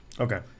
Okay